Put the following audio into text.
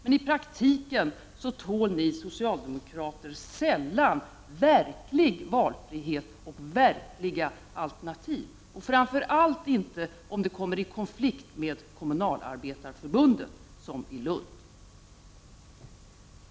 Men i praktiken tål ni socialdemokrater sällan verklig valfrihet och verkliga alternativ — framför allt inte om det kommer i konflikt med Kommunalarbetareförbundet, som i Lund.